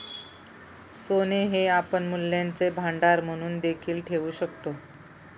सोने हे आपण मूल्यांचे भांडार म्हणून देखील ठेवू शकतो